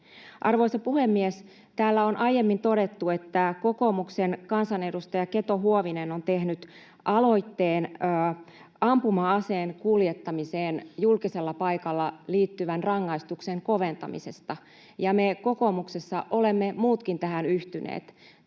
Arvoisa puhemies! Täällä on aiemmin todettu, että kokoomuksen kansanedustaja Keto-Huovinen on tehnyt aloitteen ampuma-aseen kuljettamiseen julkisella paikalla liittyvän rangaistuksen koventamisesta, ja me muutkin kokoomuksessa olemme tähän yhtyneet.